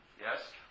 yes